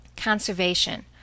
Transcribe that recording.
Conservation